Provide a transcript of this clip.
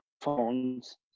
phones